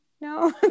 no